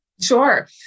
Sure